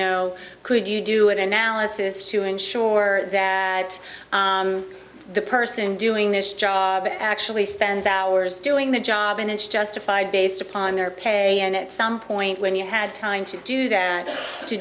know could you do it analysis to ensure that the person doing this job actually spends hours doing the job and it's justified based upon their pay and at some point when you had time to do that to